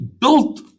built